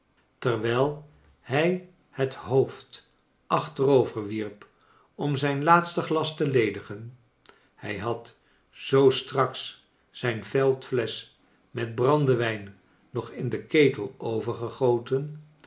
terwijl hij het hoofd achterover wierp om zijn laatste glas te ledigen hij had zoo straks zijn veldflesch met grande wijn nog in den ketel